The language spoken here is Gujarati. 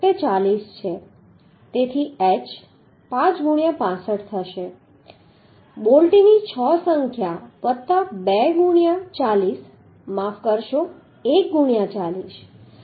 તેથી h 5 ગુણ્યાં 65 થશે બોલ્ટની 6 સંખ્યા વત્તા 2 ગુણ્યાં 40 માફ કરશો 1 ગુણ્યાં 40